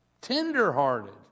tenderhearted